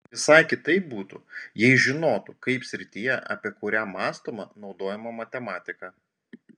visai kitaip būtų jei žinotų kaip srityje apie kurią mąstoma naudojama matematika